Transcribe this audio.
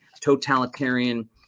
totalitarian